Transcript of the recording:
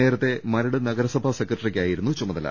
നേരത്തെ മരട് നഗരസഭാ സെക്രട്ടറിക്കായിരുന്നു ചുമതല